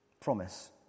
Promise